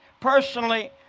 Personally